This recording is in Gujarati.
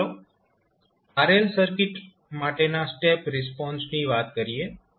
હવે ચાલો RL સર્કિટ માટેના સ્ટેપ રિસ્પોન્સ વિશે વાત કરીએ